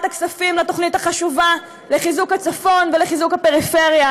הכספים לתוכנית החשובה לחיזוק הצפון ולחיזוק הפריפריה,